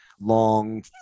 long